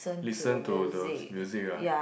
listen to those music ah